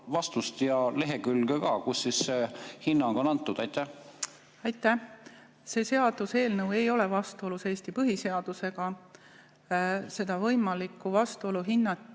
vastust ja lehekülge ka, kus see hinnang on antud. Aitäh! See seaduseelnõu ei ole vastuolus Eesti põhiseadusega. Seda võimalikku vastuolu hinnati